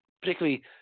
particularly